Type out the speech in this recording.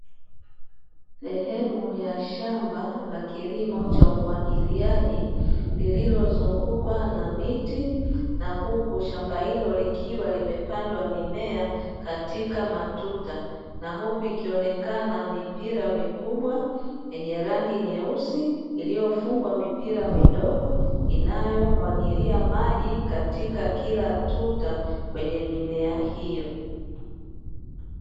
Sehemu ya shamba la kilimo cha umwagiliaji lililozungukwa na miti na huku shamba hilo likiwa limepandwa mimea katika matuta. Na huku ikionekana mipira mikubwa yenye rangi nyeusi iliyofungwa mipira midogo inayomwagilia maji katika kila tuta kwenye mimea hiyo.